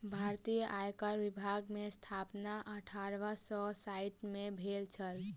भारतीय आयकर विभाग के स्थापना अठारह सौ साइठ में भेल छल